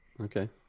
Okay